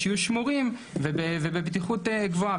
שיהיו שמורים ובבטיחות גבוהה,